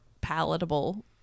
Palatable